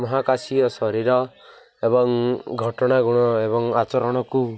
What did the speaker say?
ମହାକାଶୀୟ ଶରୀର ଏବଂ ଘଟଣା ଗୁଣ ଏବଂ ଆଚରଣକୁ